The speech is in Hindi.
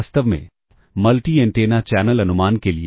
वास्तव में मल्टी एंटेना चैनल अनुमान के लिए